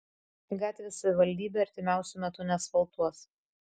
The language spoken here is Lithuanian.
gatvės savivaldybė artimiausiu metu neasfaltuos